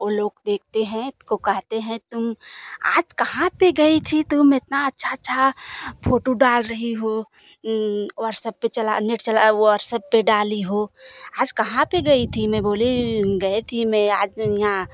वह लोग देखते हैं वह कहते हैं तुम आज कहाँ पर गई थी तुम इतना अच्छा अच्छा फोटू डाल रही हो व्हाट्सअप चला नेट चलाए व्हाट्सअप पर डाली हो आज कहाँ पर गई थी मैं बोली गई थी मैं आज यहाँ